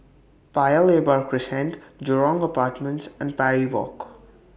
Paya Lebar Crescent Jurong Apartments and Parry Walk